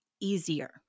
easier